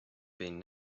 been